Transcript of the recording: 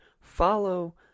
Follow